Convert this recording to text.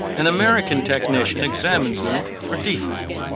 an american technician examines them for defects.